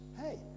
Hey